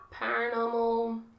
paranormal